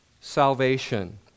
salvation